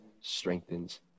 strengthens